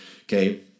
Okay